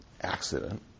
accident